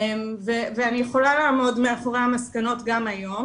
ואני יכולה לעמוד מאחורי המסקנות גם היום,